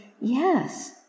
yes